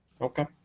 Okay